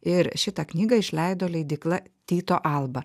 ir šitą knygą išleido leidykla tyto alba